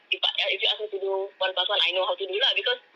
if I if you ask me to do one plus one I know how to do lah because